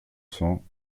cents